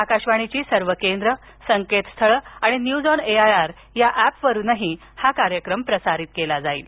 आकाशवाणीची सर्व केंद्र संकेतस्थळ आणि न्यूजऑन एआयआर या ऍपवरुन हा कार्यक्रम प्रसारित केला जाईल